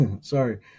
sorry